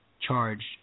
charged